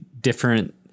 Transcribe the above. different